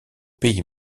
pays